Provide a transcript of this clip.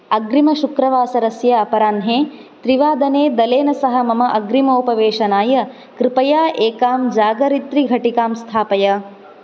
अग्रिम शुक्रवासरस्य अपराह्णे त्रिवादने दलेन सह मम अग्रिमोपवेशनाय कृपया एकां जागरित्रि घटिकां स्थापय